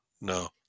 No